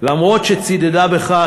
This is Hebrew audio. אחרי שצידדה בכך,